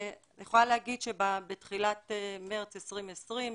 בתחילת מרץ 2020,